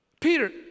Peter